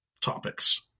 topics